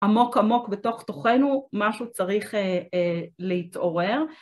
עמוק עמוק בתוך תוכנו, משהו צריך להתעורר.